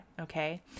okay